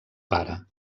pare